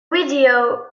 video